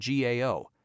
GAO